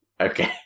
Okay